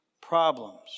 problems